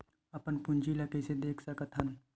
अपन पूंजी ला कइसे देख सकत हन?